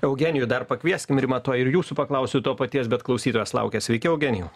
eugenijų dar pakvieskim rima tuoj ir jūsų paklausiu to paties bet klausytojas laukia sveiki eugenijau